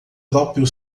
próprio